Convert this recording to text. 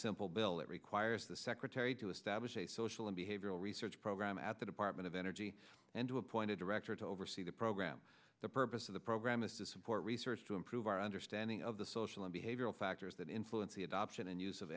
requires the secretary to establish a social and behavioral research program at the department of energy and to appoint a director to oversee the program the purpose of the program is to support research to improve our understanding of the social and behavioral factors that influence the adoption and use of